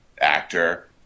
actor